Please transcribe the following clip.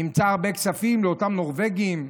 נמצאו הרבה כספים לאותם נורבגים,